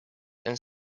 and